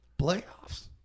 Playoffs